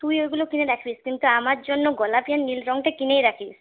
তুই ওইগুলো কিনে রাখিস কিন্তু আমার জন্য গোলাপি আর নীল রঙটা কিনেই রাখিস